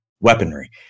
weaponry